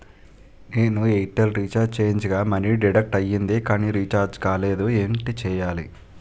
నేను Airtel recharge చేయించగా money deduct అయ్యింది కానీ రీఛార్జ్ కాలేదు ఏంటి చేయాలి?